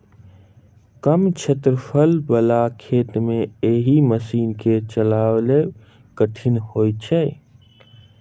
कम क्षेत्रफल बला खेत मे एहि मशीन के चलायब कठिन होइत छै